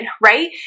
right